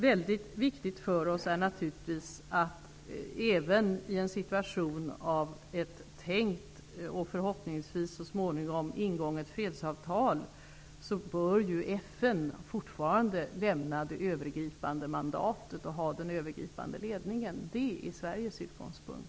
Väldigt viktigt för oss är naturligtvis att även i en situation av ett tänkt och förhoppningsvis så småningom ingånget fredsavtal bör ju FN fortfarande ge det övergripande mandatet och ha den övergripande ledningen. Det är Sveriges utgångspunkt.